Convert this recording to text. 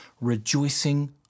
rejoicing